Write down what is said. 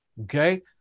okay